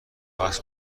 بحث